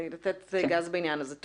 לתת גז בעניין הזה.